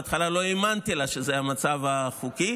בהתחלה לא האמנתי לה שזה המצב החוקי,